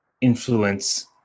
influence